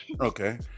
Okay